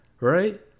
right